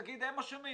להגיד "הם אשמים,